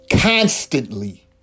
constantly